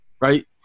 Right